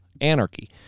anarchy